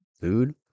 food